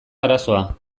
arazoa